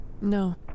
No